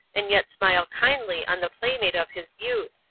and yet smile kindly on the playmate of his youth,